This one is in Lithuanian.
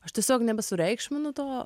aš tiesiog nesureikšminu to